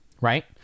Right